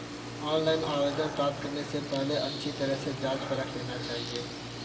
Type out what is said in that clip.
online आवेदन प्राप्त करने से पहले अच्छी तरह से जांच परख लेना चाहिए